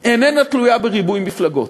איננה תלויה בריבוי מפלגות.